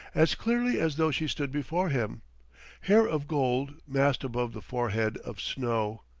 as clearly as though she stood before him hair of gold massed above the forehead of snow,